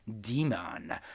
demon